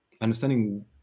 understanding